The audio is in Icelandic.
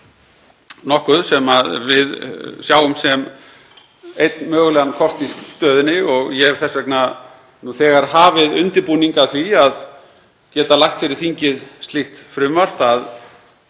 nokkuð sem við sjáum sem einn mögulegan kost í stöðunni og ég hef þess vegna nú þegar hafið undirbúning að því að geta lagt slíkt frumvarp